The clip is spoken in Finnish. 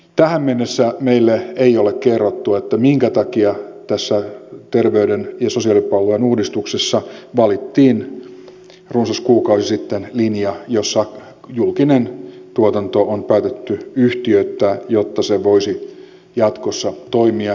tähän mennessä meille ei ole kerrottu minkä takia tässä terveys ja sosiaalipalveluiden uudistuksessa valittiin runsas kuukausi sitten linja jossa julkinen tuotanto on päätetty yhtiöittää jotta se voisi jatkossa toimia